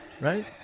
right